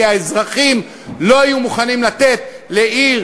כי האזרחים לא יהיו מוכנים לתת לעיר